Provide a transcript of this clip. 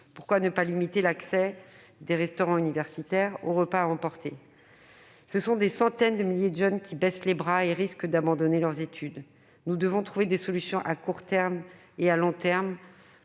pourquoi ne pas limiter l'accès des restaurants universitaires aux repas à emporter ? Ce sont des centaines de milliers de jeunes qui baissent les bras et risquent d'abandonner leurs études. Nous devons trouver des solutions à court terme et à long terme